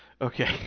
Okay